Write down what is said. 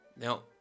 Now